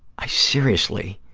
i seriously